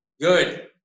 good